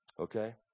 Okay